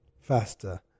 faster